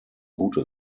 gute